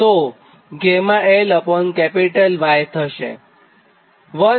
તો γlY થશે